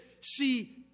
see